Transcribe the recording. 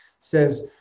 says